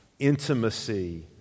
intimacy